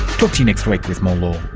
talk to you next week with more law